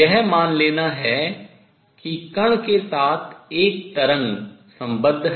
यह मान लेना है कि कण के साथ एक तरंग सम्बद्ध है